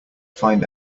find